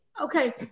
Okay